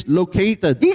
located